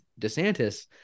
DeSantis